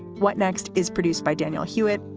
what next is produced by daniel hewat,